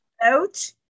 out